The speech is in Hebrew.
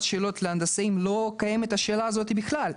שאלות להנדסאים לא קיימת השאלה הזאת בכלל,